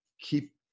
keep